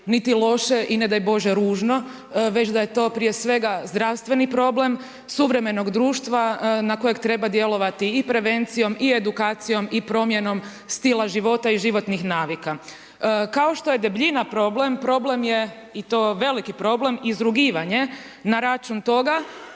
niti loše i ne daj Bože ružno već da je to prije svega zdravstveni problem suvremenog društva na kojeg treba djelovati i prevencijom i edukacijom i promjenom stila života i životnih navika. Kao što je debljina problem, problem je i to veliki problem izrugivanje na račun toga.